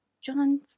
John